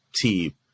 team